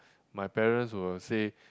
my parents will say